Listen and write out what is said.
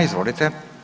Izvolite.